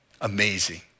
Amazing